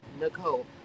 nicole